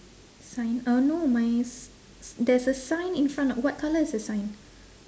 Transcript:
sign uh no my s~ s~ there's a sign in front what colour is the sign